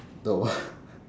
the wha~